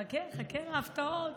חכה, חכה, הפתעות.